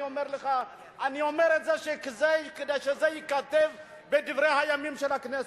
אני אומר לך: אני אומר את זה כדי שזה ייכתב בדברי הימים של הכנסת.